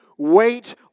Wait